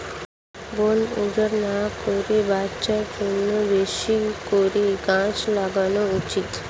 বন উজাড় না করে বাঁচার জন্যে বেশি করে গাছ লাগানো উচিত